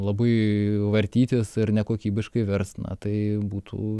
labai vartytis ir nekokybiškai verst na tai būtų